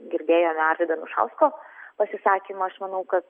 girdėjome arvydo anušausko pasisakymą aš manau kad